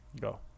Go